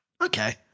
Okay